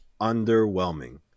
underwhelming